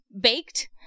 baked